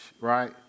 Right